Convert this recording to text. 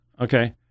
Okay